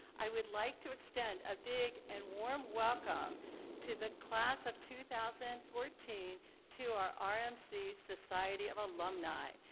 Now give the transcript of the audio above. i would like to extend a big and warm welcome to the class of two thousand and fourteen to our our r-mc society of alumni.